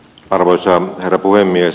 arvoisa herra puhemies